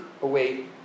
away